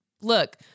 Look